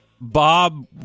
Bob